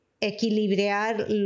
equilibrar